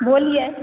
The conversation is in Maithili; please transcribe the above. बोलिए